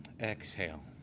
exhale